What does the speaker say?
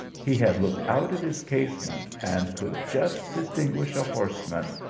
he had looked out at his casement, and could just distinguish a horse man,